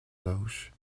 loge